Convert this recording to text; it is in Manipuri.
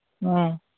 ꯑ